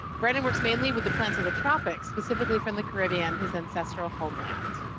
brandon works mainly with the plants of the tropics, specifically from the caribbean, his ancestral homeland.